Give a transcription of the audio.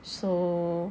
so